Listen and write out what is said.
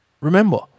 Remember